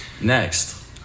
Next